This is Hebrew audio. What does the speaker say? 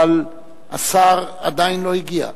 אבל השר עדיין לא הגיע.